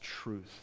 truth